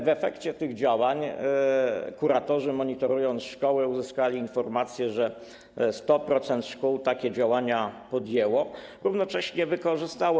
W efekcie tych działań kuratorzy, monitorując szkoły, uzyskali informację, że 100% szkół takie działania podjęło, równocześnie wykorzystało.